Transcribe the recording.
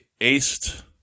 aced